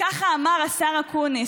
ככה אמר השר אקוניס.